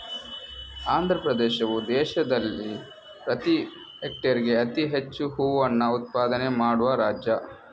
ಆಂಧ್ರಪ್ರದೇಶವು ದೇಶದಲ್ಲಿ ಪ್ರತಿ ಹೆಕ್ಟೇರ್ಗೆ ಅತಿ ಹೆಚ್ಚು ಹೂವನ್ನ ಉತ್ಪಾದನೆ ಮಾಡುವ ರಾಜ್ಯ